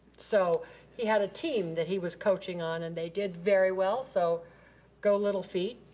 so he had a team that he was coaching on and they did very well, so go little feet.